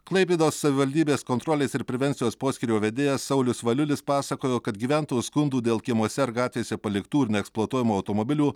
klaipėdos savivaldybės kontrolės ir prevencijos poskyrio vedėjas saulius valiulis pasakojo kad gyventojų skundų dėl kiemuose ar gatvėse paliktų ir neeksploatuojamų automobilių